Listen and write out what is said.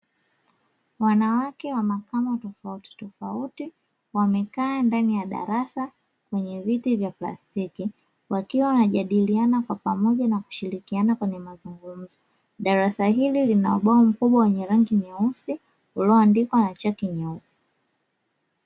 Wanawake wa makamo tofauti tofauti wamekaa ndani ya darasa kwenye viti vya plastiki wakiwa wanajadiliana kwa pamoja na kushirikiana kwenye mazungumzo. Darasa hili lina ubao mkubwa wenye rangi nyeusi ulioandikwa na chaki nyeupe.